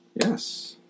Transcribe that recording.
Yes